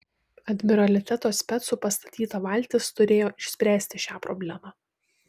admiraliteto specų pastatyta valtis turėjo išspręsti šią problemą